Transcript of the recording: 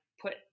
put